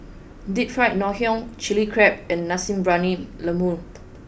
deep fried Ngoh Hiang chili crab and nasi briyani lembu